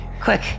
Quick